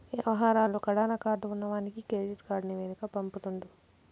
యవహారాలు కడాన కార్డు ఉన్నవానికి కెడిట్ కార్డు నివేదిక పంపుతుండు